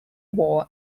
war